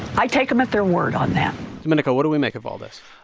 i take them at their word on that domenico, what do we make of all this?